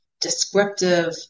descriptive